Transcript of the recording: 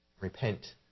Repent